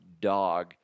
dog